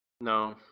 No